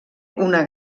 una